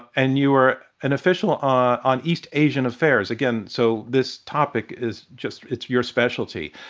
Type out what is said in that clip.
and you are an official on east asian affairs. again, so, this topic is just it's your specialty.